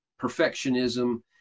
perfectionism